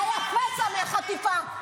זה היה פסע מהחטיפה.